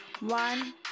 One